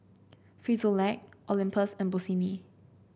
Frisolac Olympus and Bossini